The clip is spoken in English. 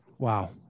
Wow